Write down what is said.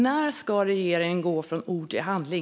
När ska regeringen gå från ord till handling?